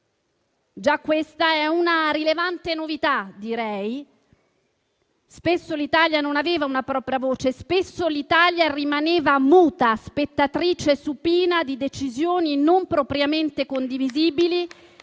già questa è una rilevante novità. Spesso l'Italia non aveva una propria voce, spesso rimaneva muta, spettatrice supina di decisioni non propriamente condivisibili